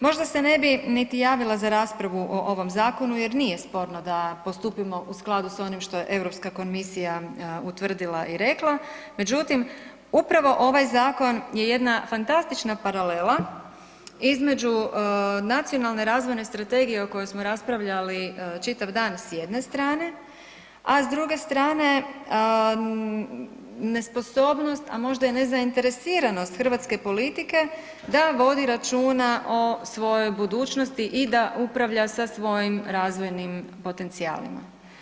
Možda se ne bi niti javila za raspravu o ovom zakonu jer nije sporno da postupimo u skladu s onim što je Europska komisija utvrdila i rekla, međutim upravo ovaj zakon je jedna fantastična paralela između Nacionalne razvojne strategije o kojoj smo raspravljali čitav dan s jedne strane, a s druge strane nesposobnost, a možda i nezainteresiranost hrvatske politike da vodi računa o svojoj budućnosti i da upravlja sa svojim razvojnim potencijalima.